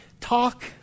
talk